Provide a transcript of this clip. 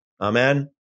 Amen